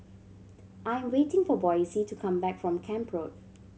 I am waiting for Boysie to come back from Camp Road